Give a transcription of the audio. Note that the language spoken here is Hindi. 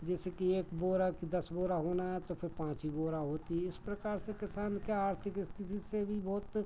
जैसे कि एक बोरा की दस बोरा होना है तो फिर पाँच ही बोरा होती है इस प्रकार से किसान के आर्थिक स्थिति से भी बहुत